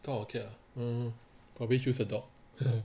dog or cat ah mm probably choose a dog